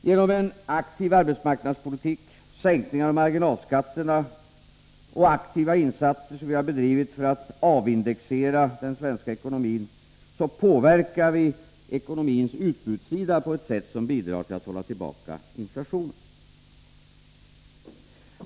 Genom en aktiv arbetsmarknadspolitik, sänkningar av marginalskatterna och aktiva insatser för att avindexera den svenska ekonomin påverkar vi ekonomins utbudssida på ett sätt som bidrar till att hålla tillbaka inflationen.